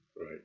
Right